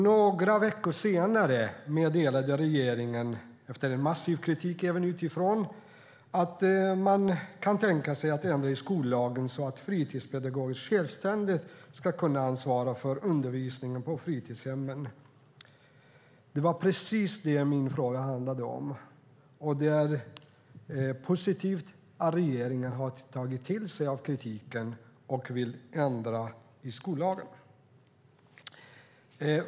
Några veckor senare meddelade regeringen, efter massiv kritik även utifrån, att man kan tänka sig att ändra i skollagen så att fritidspedagoger självständigt ska kunna ansvara för undervisningen på fritidshemmen. Det var precis det min fråga handlade om. Det är positivt att regeringen har tagit till sig av kritiken och vill ändra i skollagen.